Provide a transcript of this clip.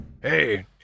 Hey